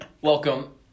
Welcome